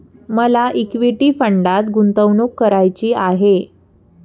मला इक्विटी फंडात गुंतवणूक करायची आहे